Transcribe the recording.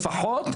לפחות,